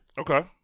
okay